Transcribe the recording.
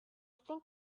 think